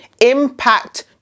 Impact